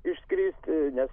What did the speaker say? išskristi nes